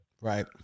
Right